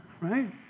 right